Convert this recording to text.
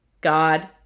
God